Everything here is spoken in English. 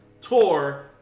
Tour